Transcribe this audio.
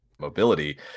mobility